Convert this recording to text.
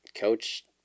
Coach